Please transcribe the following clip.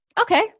Okay